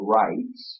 rights